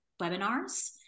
webinars